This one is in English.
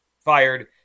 fired